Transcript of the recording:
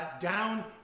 down